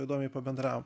įdomiai pabendravom